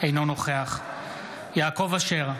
אינו נוכח יעקב אשר,